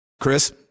Chris